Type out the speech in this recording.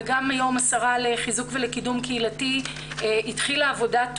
וגם היום השרה לחיזוק ולקידום קהילתי התחילה עבודת מטה,